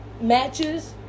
matches